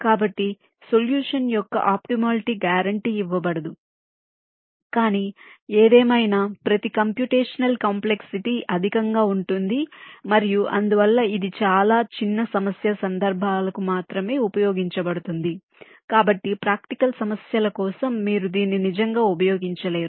కాబట్టి సొల్యూషన్ యొక్క optimality guarantee ఇవ్వబడింది కానీ ఏదేమైనా ప్రతి కంప్యూటేషనల్ కాంప్లెక్సిటీ అధికంగా ఉంటుంది మరియు అందువల్ల ఇది చాలా చిన్న సమస్య సందర్భాలకు మాత్రమే ఉపయోగించబడుతుంది కాబట్టి ప్రాక్టికల్ సమస్యల కోసం మీరు దీన్ని నిజంగా ఉపయోగించలేరు